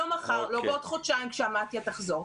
לא מחר, לא בעוד חודשיים כשהמתי"א תחזור.